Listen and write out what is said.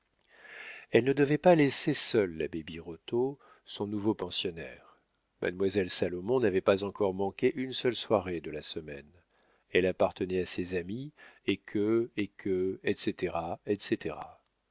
elle ne devait pas laisser seul l'abbé birotteau son nouveau pensionnaire mademoiselle salomon n'avait pas encore manqué une seule soirée de la semaine elle appartenait à ses amis et que et que etc etc